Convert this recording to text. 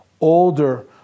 older